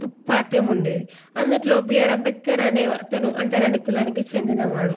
పాట్యం ఉండేది అందుట్లో బిఆర్ అంబేద్కర్ అనే అతను అంటరాని కులానికి చెందినవాడు